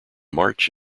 march